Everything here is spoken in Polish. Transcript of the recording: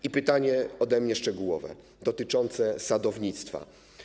I pytanie, ode mnie, szczegółowe dotyczące sadownictwa.